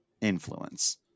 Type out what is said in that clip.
influence